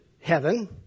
heaven